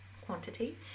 quantity